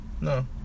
no